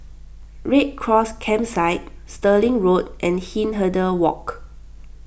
Red Cross Campsite Stirling Road and Hindhede Walk